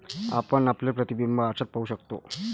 आपण आपले प्रतिबिंब आरशात पाहू शकतो